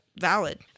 valid